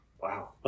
Wow